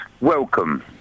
Welcome